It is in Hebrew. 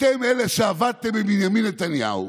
אתם אלה שעבדתם עם בנימין נתניהו,